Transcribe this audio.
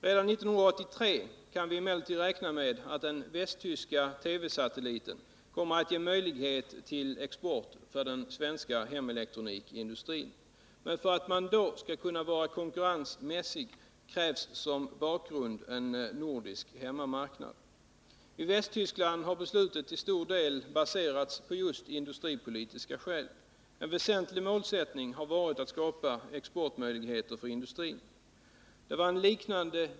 Redan 1983 kan vi emellertid räkna med att den västtyska TV-satelliten kommer att ge möjlighet till export för den svenska hemelektronikindustrin. Men för att man då skall kunna vara konkurrensmässig krävs som bakgrund en nordisk hemmamarknad. I Västtyskland har beslutet på området till stor del baserats på just industripolitiska faktorer. En väsentlig målsättning har varit att skapa exportmöjligheter för industrin.